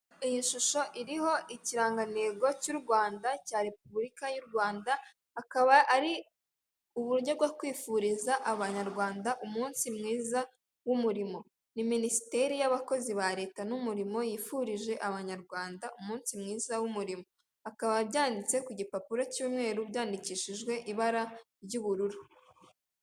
Iyi shusho iriho ikirangantego cy'u Rwanda cya repubulika y'u Rwanda, akaba ari uburyo bwo kwifuriza abanyarwanda umunsi mwiza w'umurimo, ni minisiteri y'abakozi ba leta n'umurimo yifurije abanyarwanda umunsi mwiza w'umurimo akaba byanditse ku gipapuro cy'umweru byandikishijwe ibara ry'ubururu.